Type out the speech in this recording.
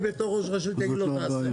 אני בתור ראש רשות אגיד לו לעשות.